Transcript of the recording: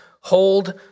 hold